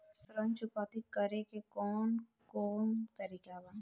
ऋण चुकौती करेके कौन कोन तरीका बा?